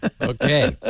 Okay